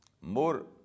more